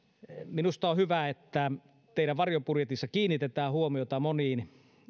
minusta on hyvä että teidän varjobudjetissanne kiinnitetään huomiota moniin